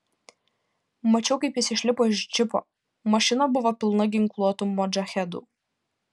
mačiau kaip jis išlipo iš džipo mašina buvo pilna ginkluotų modžahedų